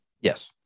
Yes